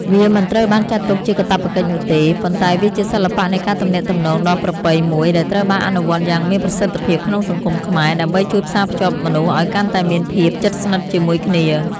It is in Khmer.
វាមិនត្រូវបានចាត់ទុកជាកាតព្វកិច្ចនោះទេ ប៉ុន្តែវាជាសិល្បៈនៃការទំនាក់ទំនងដ៏ប្រពៃមួយដែលត្រូវបានអនុវត្តយ៉ាងមានប្រសិទ្ធភាពក្នុងសង្គមខ្មែរ ដើម្បីជួយផ្សារភ្ជាប់មនុស្សឲ្យកាន់តែមានភាពជិតស្និទ្ធជាមួយគ្នា។